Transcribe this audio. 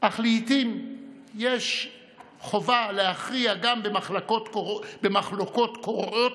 אך לעיתים יש חובה להכריע גם במחלוקות קורעות,